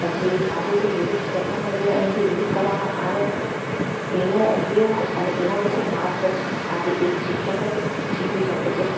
પછી આજે જે વિવિધ ટેકનોલોજી અને જે યુઝ કરવામાં આવે છે એનો ઉપયોગ અને એના વિશે માર્ગદર્શન આજે એક શિક્ષક જ શીખવી શકે છે